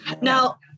Now